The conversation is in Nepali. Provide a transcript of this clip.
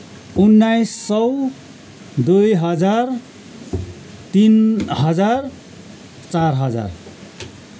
उन्नाइस सय दुई दजार तिन हजार चार हजार